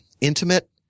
intimate